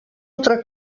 altra